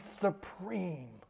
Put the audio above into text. supreme